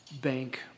bank